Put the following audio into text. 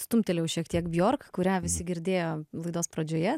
stumtelėjau šiek tiek bjork kurią visi girdėjo laidos pradžioje